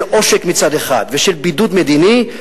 של עושק מצד אחד ושל בידוד מדיני,